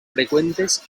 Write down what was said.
frecuentes